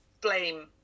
blame